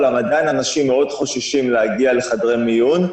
אמנם עדיין אנשים מאוד חוששים להגיע לחדרי מיון.